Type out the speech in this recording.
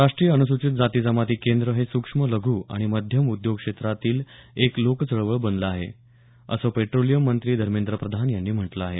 राष्ट्रीय अनुसूचित जाती जमाती केंद्र हे सुक्ष्म लघु आणि मध्यम उद्योग क्षेत्रातली एक लोकचळवळ बनलं आहे असं पेट्रोलियम मंत्री धर्मेद्र प्रधान यांनी म्हटलं आहे